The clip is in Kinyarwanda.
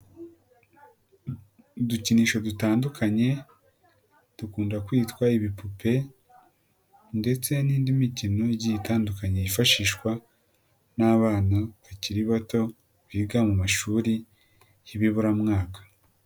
Udukinisho dutandukanye dukunda kwitwa ibipupe ndetse n'indi mikino igiye itandukanye yifashishwa n'abana bakiri bato biga mu mashuri y'ibiburamwaka.